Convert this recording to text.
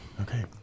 Okay